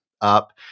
up